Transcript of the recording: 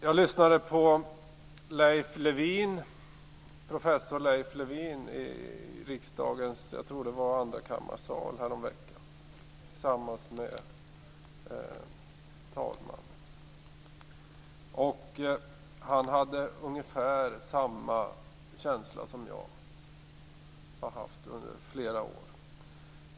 Jag lyssnade på professor Leif Lewin i riksdagens andrakammarsal häromveckan tillsammans med talmannen. Han hade ungefär samma känsla som jag har haft under flera år.